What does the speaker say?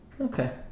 Okay